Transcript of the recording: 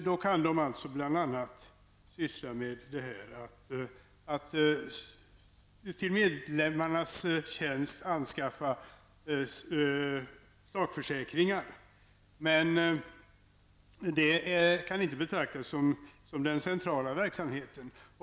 Då kan de t.ex. i medlemmarnas tjänst anskaffa sakförsäkringar, men detta kan inte betraktas som deras centrala verksamhet.